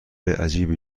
عجیبی